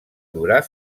durar